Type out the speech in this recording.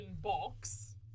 box